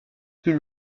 plus